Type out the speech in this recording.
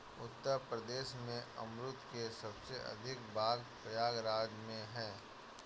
उत्तर प्रदेश में अमरुद के सबसे अधिक बाग प्रयागराज में है